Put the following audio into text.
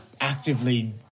actively